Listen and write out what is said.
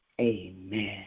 Amen